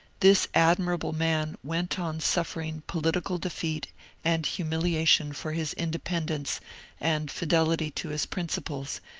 this ad mirable man went on suffering political defeat and humilia tion for his independence and fidelity to his principles,